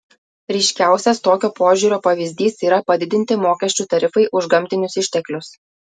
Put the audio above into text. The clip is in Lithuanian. ryškiausias tokio požiūrio pavyzdys yra padidinti mokesčių tarifai už gamtinius išteklius